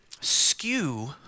skew